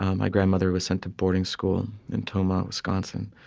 my grandmother was sent to boarding school in tomah, wisconsin,